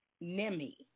Nemi